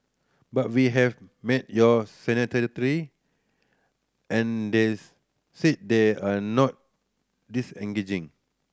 but we have met your and they said they are not disengaging